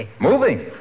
Moving